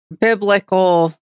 biblical